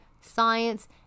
science